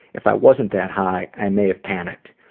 if i wasn't that high, i may have panicked.